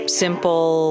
simple